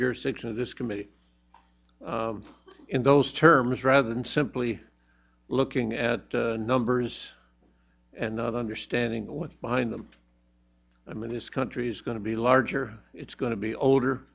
jurisdiction of this committee in those terms rather than simply looking at the numbers and not understanding what's behind them i mean this country is going to be larger it's going to be older